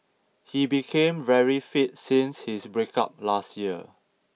he became very fit since his breakup last year